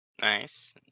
nice